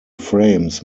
frames